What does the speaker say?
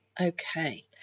Okay